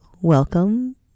Welcome